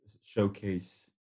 showcase